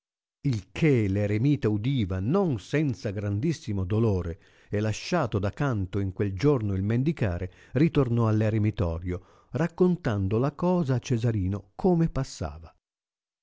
il che r eremita udiva non senza grandissimo dolore e lasciato da canto in quel giorno il mendicare ritornò a l eremitorio raccontando la cosa a cesai'ino come passava